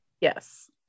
yes